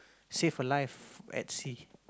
save a life at sea